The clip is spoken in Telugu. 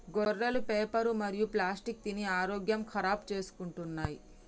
గొర్రెలు పేపరు మరియు ప్లాస్టిక్ తిని ఆరోగ్యం ఖరాబ్ చేసుకుంటున్నయ్